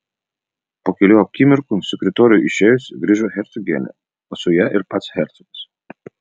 po kelių akimirkų sekretoriui išėjus grįžo hercogienė o su ja ir pats hercogas